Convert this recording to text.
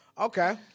Okay